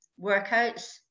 workouts